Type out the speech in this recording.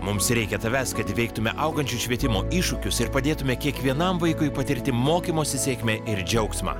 mums reikia tavęs kad įveiktume augančio švietimo iššūkius ir padėtume kiekvienam vaikui patirti mokymosi sėkmę ir džiaugsmą